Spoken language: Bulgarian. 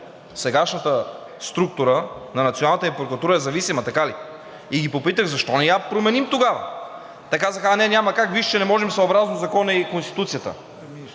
сегашната структура на националната ни прокуратура е зависима, така ли? И ги попитах: защо не я променим тогава? Те казаха: „А, не, няма как, вижте, не можем съобразно Закона и Конституцията.“